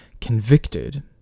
convicted